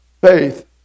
Faith